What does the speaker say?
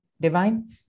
divine